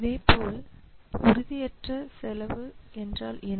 இதேபோல் ஒரு உறுதியற்ற செலவு என்றால் என்ன